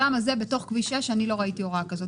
בתוך כביש 6 לא ראיתי הוראה כזאת.